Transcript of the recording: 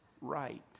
right